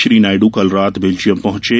श्री नायडू कल रात बेल्जियम पहुंचे